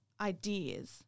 ideas